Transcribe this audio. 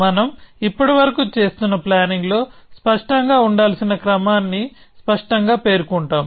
మనం ఇప్పటివరకు చేస్తున్న ప్లానింగ్ లో స్పష్టంగా ఉండాల్సిన క్రమాన్ని స్పష్టంగా పేర్కొంటాం